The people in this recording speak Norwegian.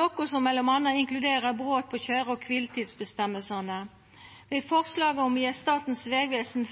noko som m.a. inkluderer brot på køyre- og kviletidsreglane. Å gje Statens vegvesen